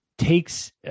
takes